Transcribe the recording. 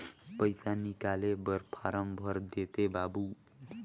पइसा निकाले बर फारम भर देते बाबु?